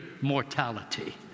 mortality